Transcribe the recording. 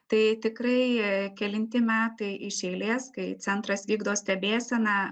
tai tikrai kelinti metai iš eilės kai centras vykdo stebėseną